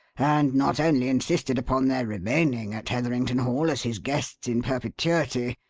and not only insisted upon their remaining at heatherington hall as his guests in perpetuity,